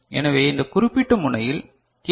எனவே இந்த குறிப்பிட்ட முனையில் கே